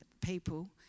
people